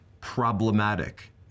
problematic